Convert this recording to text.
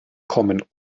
kommen